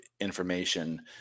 information